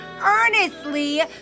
earnestly